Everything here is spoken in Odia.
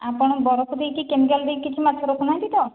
ଆପଣ ବରଫ ଦେଇକି କେମିକାଲ୍ ଦେଇକି କିଛି ମାଛ ରଖୁନାହାନ୍ତି ତ